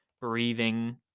breathing